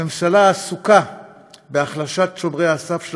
הממשלה עסוקה בהחלשת שומרי הסף של